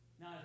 Now